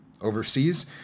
overseas